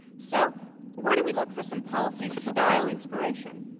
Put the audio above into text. so, where do we look for some policy-style inspiration?